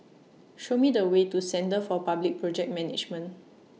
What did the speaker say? Show Me The Way to Centre For Public Project Management